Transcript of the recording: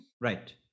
Right